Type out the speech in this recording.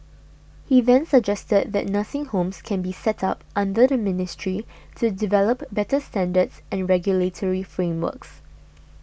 he then suggested that nursing homes can be set up under the ministry to develop better standards and regulatory frameworks